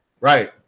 right